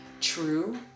true